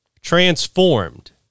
transformed